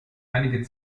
einige